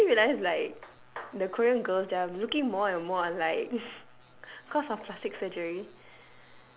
you know do you realise like the koreans girls they are looking more and more like because of plastic surgery